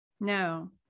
No